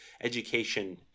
education